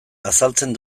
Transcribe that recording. azaltzen